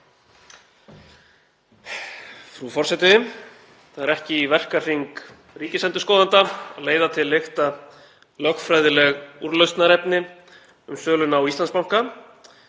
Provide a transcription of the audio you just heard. Frú forseti. Það er ekki í verkahring ríkisendurskoðanda að leiða til lykta lögfræðileg úrlausnarefni um söluna á Íslandsbanka